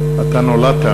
אתה נולדת